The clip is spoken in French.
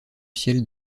ciel